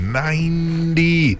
ninety